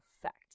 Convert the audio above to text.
effect